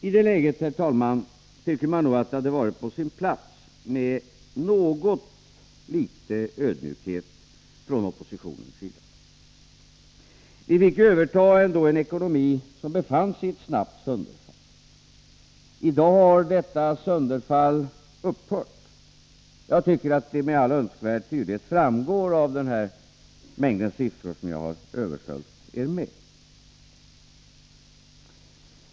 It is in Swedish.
I det läget, herr talman, tycker man nog att det hade varit på sin plats med något litet av ödmjukhet från den politiska oppositionens sida. Vi fick ju ändå överta en ekonomi som befann sig i snabbt sönderfall. I dag har detta sönderfall upphört. Jag tycker att det med all önskvärd tydlighet framgår av den mängd siffror som jag har översköljt er med.